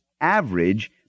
average